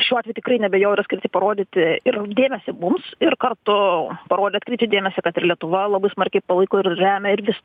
šiuo atveju tikrai neabejoju yra skirti parodyti ir dėmesį mums ir kartu parodė atkreipė dėmesį kad ir lietuva labai smarkiai palaiko ir remia ir vis